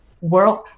world